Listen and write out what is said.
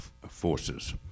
forces